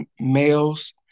males